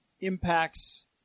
impacts